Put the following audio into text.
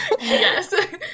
Yes